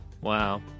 Wow